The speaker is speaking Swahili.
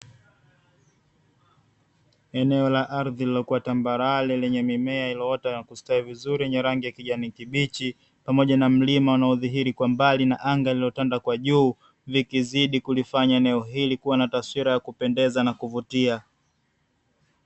Eneo la ardhi lililokuwa tambarare lenye mimea iliyo ota na kustawi vizuri. yenye rangi ya kijani kibichi pamoja na mlima unaolihiri kwa mbali na anga linalotanda kwa juu likizidi kufanya eneo hili kuwa na taswira ya kupendeza na kuvutia.